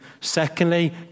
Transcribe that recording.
Secondly